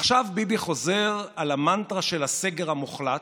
עכשיו ביבי חוזר על המנטרה של הסגר המוחלט,